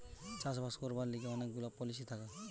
চাষ বাস করবার লিগে অনেক গুলা পলিসি থাকে